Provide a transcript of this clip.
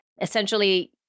essentially